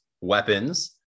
weapons